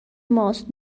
ماست